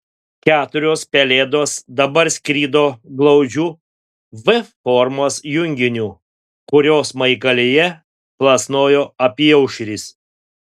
keturios pelėdos dabar skrido glaudžiu v formos junginiu kurio smaigalyje plasnojo apyaušris